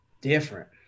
different